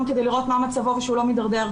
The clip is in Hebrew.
כדי לראות מה מצבו ושהוא לא מתדרדר,